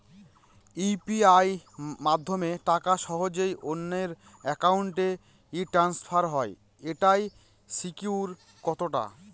UPI মাধ্যমে টাকা সহজেই অন্যের অ্যাকাউন্ট ই ট্রান্সফার হয় এইটার সিকিউর কত টা?